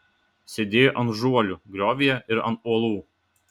sėdėjo ant žuolių griovyje ir ant uolų